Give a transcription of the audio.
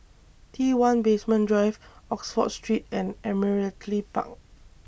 T one Basement Drive Oxford Street and Admiralty Park